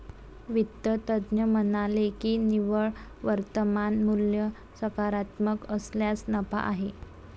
वित्त तज्ज्ञ म्हणाले की निव्वळ वर्तमान मूल्य सकारात्मक असल्यास नफा आहे